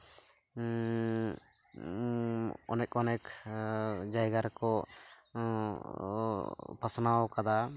ᱚᱱᱮᱠ ᱚᱱᱮᱠ ᱡᱟᱭᱜᱟ ᱨᱮᱠᱚ ᱯᱟᱥᱱᱟᱣ ᱠᱟᱫᱟ